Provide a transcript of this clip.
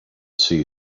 see